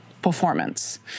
performance